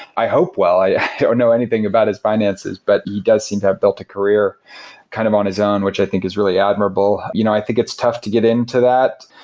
i hope, well i don't know anything about his finances, but he does seem to have built a career kind of on his own, which i think is really admirable you know i think it's tough to get into that.